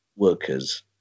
workers